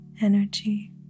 energy